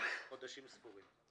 חודשים ספורים.